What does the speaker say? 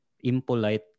impolite